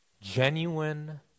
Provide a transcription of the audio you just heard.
genuine